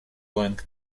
going